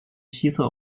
西侧